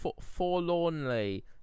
Forlornly